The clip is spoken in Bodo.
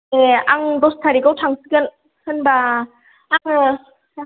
दे आं दस थारिखाव थांसिगोन होनबा आङो